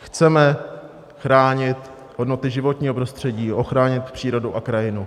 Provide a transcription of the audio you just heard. Chceme chránit hodnoty životního prostředí, ochránit přírodu a krajinu.